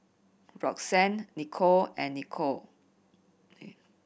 Roxanne Nicole and Nikole